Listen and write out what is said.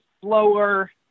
slower